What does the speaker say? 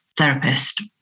therapist